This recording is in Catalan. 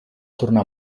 tornar